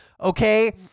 okay